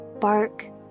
bark